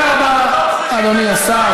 אדוני השר,